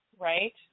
Right